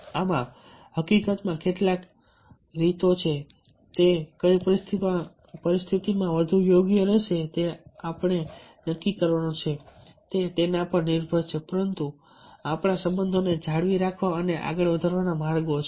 આમ હકીકતમાં આ કેટલીક રીતો છે તે કઈ પરિસ્થિતિમાં વધુ યોગ્ય રહેશે તે આપણે નક્કી કરવાનું છે તે તેના પર નિર્ભર છે પરંતુ આ આપણા સંબંધોને જાળવી રાખવા અને આગળ વધારવાના માર્ગો છે